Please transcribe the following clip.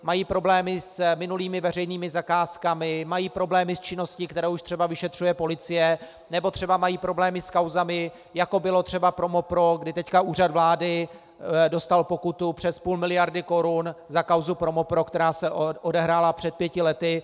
Mají problémy s minulými veřejnými zakázkami, mají problémy s činností, kterou už třeba vyšetřuje policie, nebo třeba mají problémy s kauzami, jako bylo třeba Promopro, kdy teď Úřad vlády dostal pokutu přes půl miliardy korun za kauzu Promopro, která se odehrála před pěti lety.